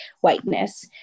whiteness